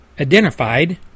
identified